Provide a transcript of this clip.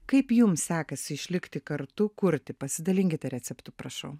kaip jum sekasi išlikti kartu kurti pasidalinkite receptu prašau